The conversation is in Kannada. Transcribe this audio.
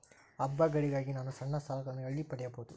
ಹಬ್ಬಗಳಿಗಾಗಿ ನಾನು ಸಣ್ಣ ಸಾಲಗಳನ್ನು ಎಲ್ಲಿ ಪಡೆಯಬಹುದು?